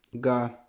ga